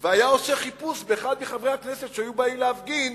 והיה עושה חיפוש באחד מחברי הכנסת שהיו באים להפגין